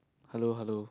hello hello